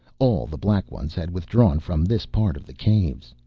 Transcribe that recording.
all the black ones had withdrawn from this part of the caves.